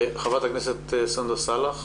חברת הכנסת סונדוס סאלח.